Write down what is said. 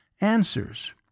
answers